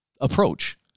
approach